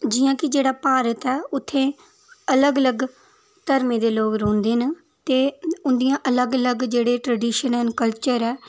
जियां कि जेह्ड़ा भारत ऐ उत्थें अलग अलग धर्में दे लोग रौंह्दे न ते उंदियां अलग अलग जेह्ड़े ट्रडिशन न कल्चर ऐ